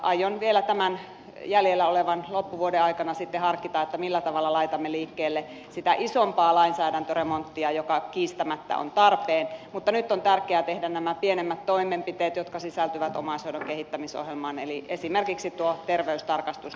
aion vielä tämän jäljellä olevan loppuvuoden aikana harkita millä tavalla laitamme liikkeelle sitä isompaa lainsäädäntöremonttia joka kiistämättä on tarpeen mutta nyt on tärkeää tehdä nämä pienemmät toimenpiteet jotka sisältyvät omaishoidon kehittämisohjelmaan eli esimerkiksi tuo terveystarkastusten parantaminen